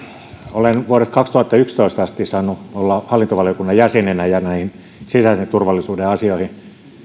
olen vuodesta kaksituhattayksitoista asti saanut olla hallintovaliokunnan jäsenenä ja näihin sisäisen turvallisuuden asioihin